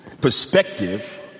perspective